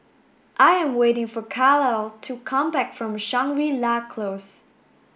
I am waiting for Carlisle to come back from Shangri La Close